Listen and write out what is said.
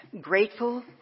grateful